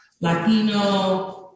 Latino